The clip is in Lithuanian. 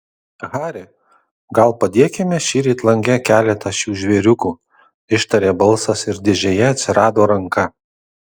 hari gal padėkime šįryt lange keletą šių žvėriukų ištarė balsas ir dėžėje atsirado ranka